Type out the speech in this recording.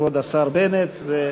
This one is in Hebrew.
כבוד השר בנט.